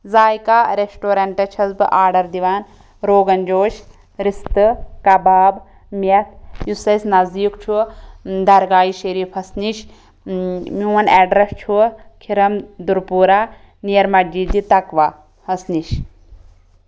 زایقہ ریٚسٹورنٹَس چھَس بہٕ آرڈر دِوان روگَن جوش رستہ کباب میٚتھ یُس اسی نَزدیٖک چھُ درگاہہِ شریٖفَس نش میون ایٚڈرس چھُ کھِرَم دُر پورہ نیر مَسجِدِ تَقویٰ ہَس نِش